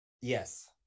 yes